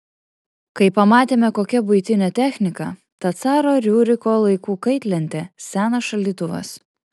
kai pamatėme kokia buitinė technika ta caro riuriko laikų kaitlentė senas šaldytuvas